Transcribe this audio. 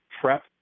prep